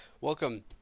Welcome